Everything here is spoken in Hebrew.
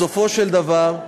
בסופו של דבר,